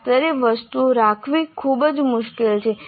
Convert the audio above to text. આ સ્તરે વસ્તુઓ રાખવી ખૂબ જ મુશ્કેલ છે